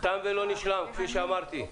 תם ולא נשלם כפי שאמרתי.